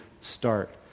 start